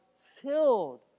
filled